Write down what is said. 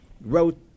wrote